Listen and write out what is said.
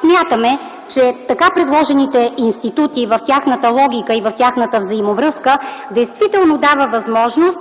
смятаме, че с така предложените институти в тяхната логика и в тяхната взаимовръзка действително се дава възможност